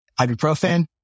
ibuprofen